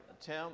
Tim